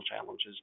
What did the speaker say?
challenges